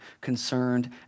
concerned